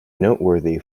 noteworthy